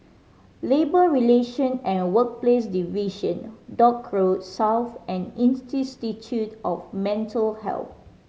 Labour Relation And Workplace Division Dock Road South and Institute of Mental Health